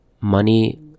money